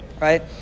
Right